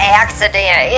accident